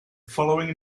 following